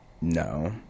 No